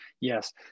yes